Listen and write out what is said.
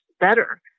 better